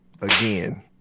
again